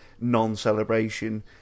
non-celebration